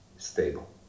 Stable